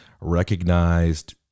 recognized